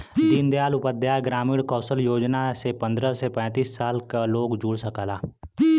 दीन दयाल उपाध्याय ग्रामीण कौशल योजना से पंद्रह से पैतींस साल क लोग जुड़ सकला